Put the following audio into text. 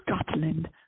Scotland